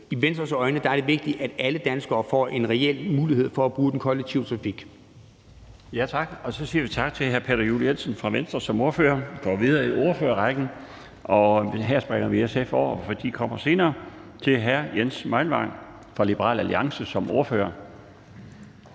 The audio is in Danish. I Venstres øjne er det vigtigt, at alle danskere får en reel mulighed for at bruge den kollektive trafik. Kl. 17:19 Den fg. formand (Bjarne Laustsen): Så siger vi tak til hr. Peter Juel-Jensen fra Venstre som ordfører. Vi går videre i ordførerrækken – og her springer vi SF over, for de kommer på senere – til hr. Jens Meilvang fra Liberal Alliance som ordfører.